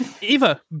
Eva